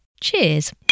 Cheers